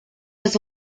his